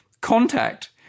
Contact